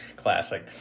classic